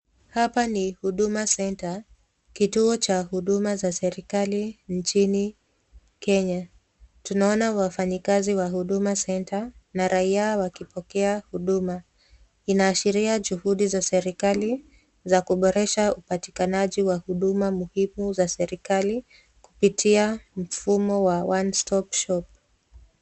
Hapa ni Huduma Center, kituo cha huduma za serikali nchini Kenya, tuna ona wafanyikazi wa Huduma Center na raia wakipokea huduma. Ina ashiria juhudi za serikali za kuboresha upatinikaji wa huduma muhimu za serikali kupitia mfumu wa one stop shop .